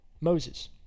Moses